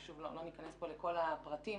ולא ניכנס פה לכל הפרטים,